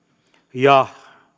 ja